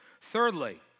Thirdly